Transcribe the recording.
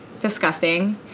disgusting